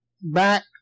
back